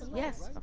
yes,